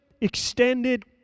extended